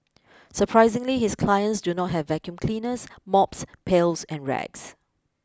surprisingly his clients do not have vacuum cleaners mops pails and rags